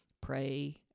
pray